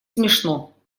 смешно